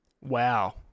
Wow